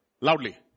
Loudly